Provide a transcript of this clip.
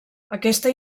aquesta